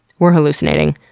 we're hallucinating.